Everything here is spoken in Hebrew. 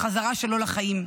לחזרה שלו לחיים.